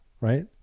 right